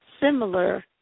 similar